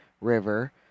River